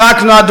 ומהומות.